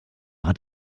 hat